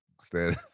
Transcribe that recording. Stand